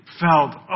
felt